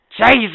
Jesus